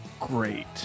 great